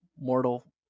mortal